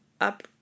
up